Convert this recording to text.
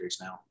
now